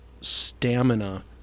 stamina